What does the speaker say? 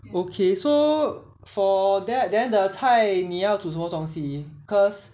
okay so for that then the 菜你要煮什么东西 cause